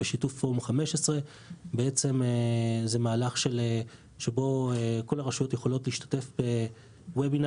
זה בשיתוף פורום 15. זה מהלך שבו כל הרשויות יכולות להשתתף ב-webinars,